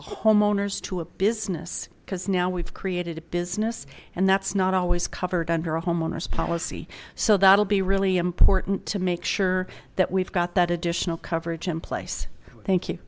homeowners to a business because now we've created a business and that's not always covered under a homeowner's policy so that'll be really important to make sure that we've got that additional coverage in place thank you